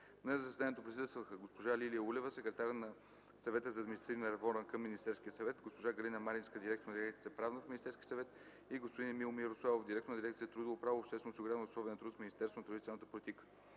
На заседанието присъстваха: госпожа Лилия Улева – секретар на Съвета за административна реформа към Министерския съвет, госпожа Галина Маринска – директор на дирекция „Правна” в Министерския съвет, и господин Емил Мирославов – директор на дирекция „Трудово право, обществено осигуряване и условия на труд” в Министерството на труда и социалната политика.